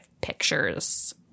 pictures